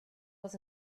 was